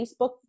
Facebook